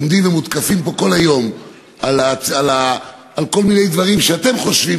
עומדים ומותקפים פה כל היום על כל מיני דברים שאתם חושבים,